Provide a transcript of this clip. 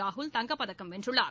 ராகுல் தங்கப்பதக்கம் வென்றுள்ளார்